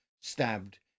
stabbed